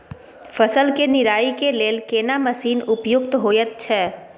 फसल के निराई के लेल केना मसीन उपयुक्त होयत छै?